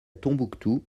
tombouctou